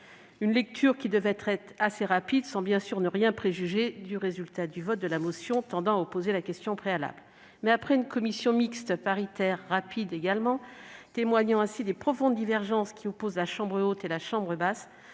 Cette lecture devrait être assez rapide- sans préjuger, bien sûr, le résultat du vote de la motion tendant à opposer la question préalable. Après une commission mixte paritaire elle-même rapide, témoignant ainsi des profondes divergences qui opposent la chambre haute et la chambre basse,